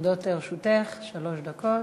עומדות לרשותך שלוש דקות.